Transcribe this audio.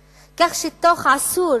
1996, כך שבתוך עשור